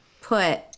put